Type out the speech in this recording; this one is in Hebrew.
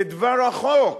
כדבר החוק,